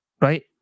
right